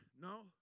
No